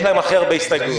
יש להם הכי הרבה הסתייגויות.